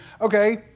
Okay